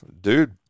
dude